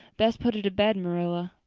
best put her to bed, marilla.